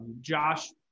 Josh